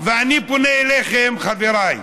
ואני פונה אליכם, חבריי,